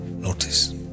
notice